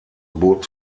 boot